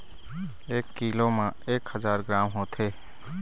एक कीलो म एक हजार ग्राम होथे